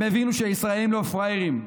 הם הבינו שהישראלים לא פראיירים.